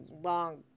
long